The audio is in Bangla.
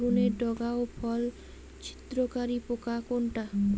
বেগুনের ডগা ও ফল ছিদ্রকারী পোকা কোনটা?